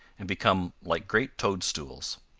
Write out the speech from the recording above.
and become like great toadstools.